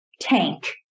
tank